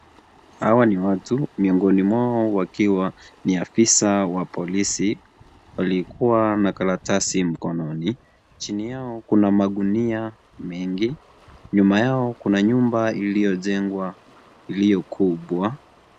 Hawa ni watu, miongoni wao wakiwa ni afisa wa polisi. Alikuwa na karatasi mkononi. Chini yao, kuna magunia mengi. Nyuma yao, kuna nyumba iliyojengwa iliyo kubwa.